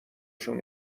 شون